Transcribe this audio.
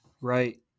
Right